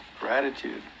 gratitude